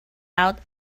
out